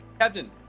Captain